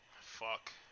Fuck